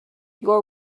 your